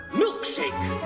milkshake